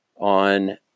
on